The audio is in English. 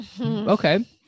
Okay